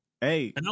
Hey